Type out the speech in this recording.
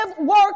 work